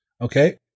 Okay